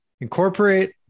Incorporate